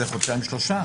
זה חודשיים-שלושה.